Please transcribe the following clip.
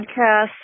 podcast